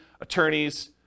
attorneys